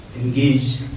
Engage